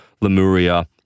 Lemuria